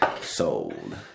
Sold